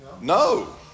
No